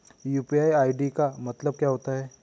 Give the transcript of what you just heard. UPI ID का मतलब क्या होता है?